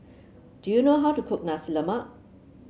do you know how to cook Nasi Lemak